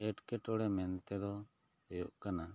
ᱮᱸᱴᱠᱮᱴᱚᱬᱮ ᱢᱮᱱᱛᱮ ᱫᱚ ᱦᱩᱭᱩᱜ ᱠᱟᱱᱟ